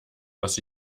was